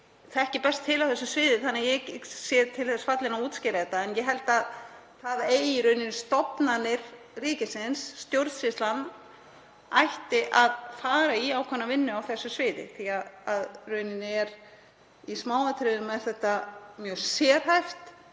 manna best til á þessu sviði þannig að ég sé til þess fallin að útskýra þetta, en ég held að stofnanir ríkisins, stjórnsýslan ætti að fara í ákveðna vinnu á þessu sviði, því að í rauninni er þetta mjög sérhæft